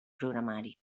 programari